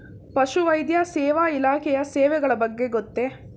ಪಶುವೈದ್ಯ ಸೇವಾ ಇಲಾಖೆಯ ಸೇವೆಗಳ ಬಗ್ಗೆ ಗೊತ್ತೇ?